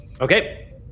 Okay